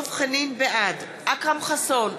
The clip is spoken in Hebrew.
בעד אכרם חסון,